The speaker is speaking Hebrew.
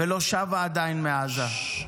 ולא שבה עדיין מעזה.